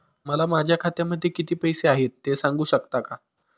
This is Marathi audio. मला माझ्या खात्यामध्ये किती पैसे आहेत ते सांगू शकता का?